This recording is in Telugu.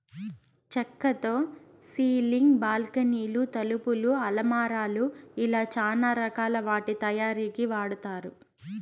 చక్కతో సీలింగ్, బాల్కానీలు, తలుపులు, అలమారాలు ఇలా చానా రకాల వాటి తయారీకి వాడతారు